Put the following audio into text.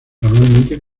normalmente